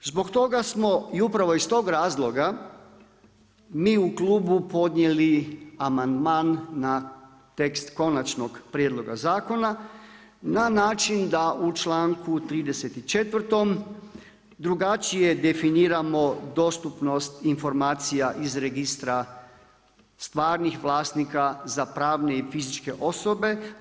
Zbog toga smo i upravo iz tog razloga mi u klubu podnijeli amandman na tekst konačnog prijedloga zakona, na način da u čl.34. drugačije definiramo dostupnost informacija iz registra stvarnih vlasnika za pravne i fizičke osobe.